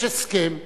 יש הסכם שלכם,